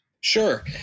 Sure